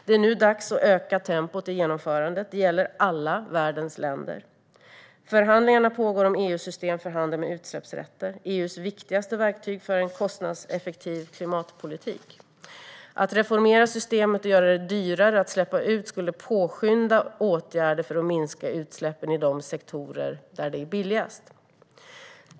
Det är nu dags att öka tempot i genomförandet. Det gäller alla världens länder. Förhandlingarna pågår om EU:s system för handel med utsläppsrätter - EU:s viktigaste verktyg för en kostnadseffektiv klimatpolitik. Att reformera systemet och göra det dyrare att släppa ut skulle påskynda åtgärder för att minska utsläppen i de sektorer där det är billigast.